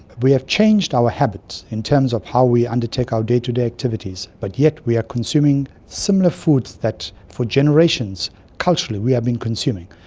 we have changed our habits in terms of how we undertake our day-to-day activities, but yet we are consuming similar foods that for generations culturally we have been consuming,